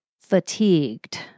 fatigued